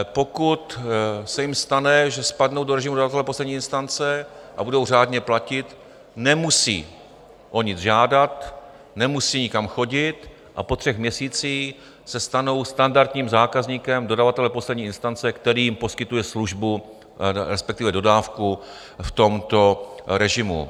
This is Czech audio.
Pokud se jim stane, že spadnou do režimu dodavatele poslední instance a budou řádně platit, nemusí o nic žádat, nemusí nikam chodit a po třech měsících se stanou standardním zákazníkem dodavatele poslední instance, který jim poskytuje službu, respektive dodávku v tomto režimu.